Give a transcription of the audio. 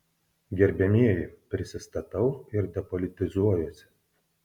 gerbiamieji prisistatau ir depolitizuojuosi